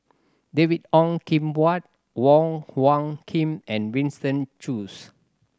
David Ong Kim Huat Wong Hung Khim and Winston Choos